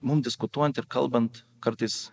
mum diskutuojant ir kalbant kartais